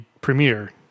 premiere